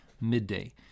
midday